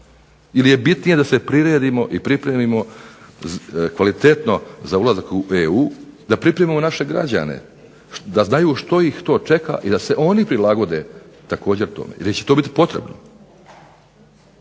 ili je bitnije da se pripremimo i priredimo kvalitetno za ulazak u EU da pripremimo naše građane, da znaju što ih to čeka i da se oni prilagode također tome i da će to biti potrebno.